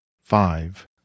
five